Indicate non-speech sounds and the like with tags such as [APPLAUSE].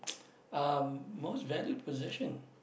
[NOISE] uh most valued possession